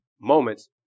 moments